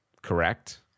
correct